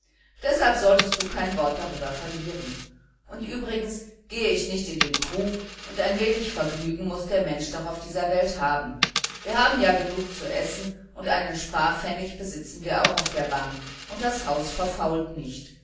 deshalb solltest du kein wort darüber verlieren und übrigens gehe ich nicht in den krug und ein wenig vergnügen muß doch der mensch auf dieser welt haben wir haben ja genug zu essen und einen sparpfennig besitzen wir auch auf der bank und das haus verfault nicht